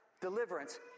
deliverance